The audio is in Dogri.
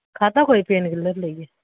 खाद्धा कोई पेनकिलर लेइयै